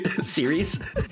series